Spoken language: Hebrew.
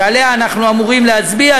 שעליה אנחנו אמורים להצביע,